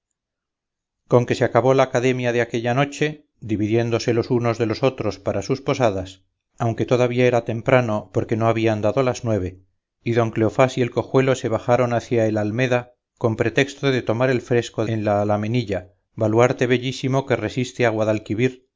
con que se acabó la academia de aquella noche diviéndose los unos de los otros para sus posadas aunque todavía era temprano porque no habían dado las nueve y don cleofás y el cojuelo se bajaron hacia el almeda con pretexto de tomar el fresco en la alamenilla baluarte bellísimo que resiste a guadalquivir